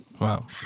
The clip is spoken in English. Wow